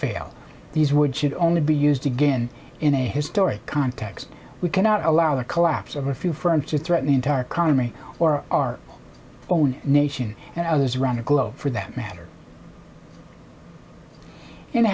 fail these would should only be used again in a historic context we cannot allow the collapse of a few firms to threaten the entire economy or our own nation and others around the globe for that matter in